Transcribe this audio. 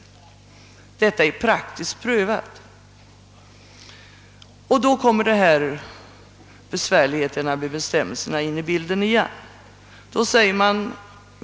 Detta är praktiskt prövat. Men då kommer besvärligheterna med bidragsbestämmelserna in i bilden igen.